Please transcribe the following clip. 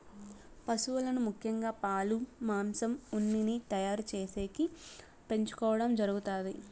పసువులను ముఖ్యంగా పాలు, మాంసం, ఉన్నిని తయారు చేసేకి పెంచుకోవడం జరుగుతాది